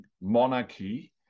monarchy